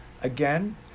Again